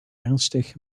ernstig